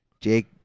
Jake